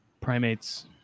primates